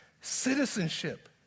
citizenship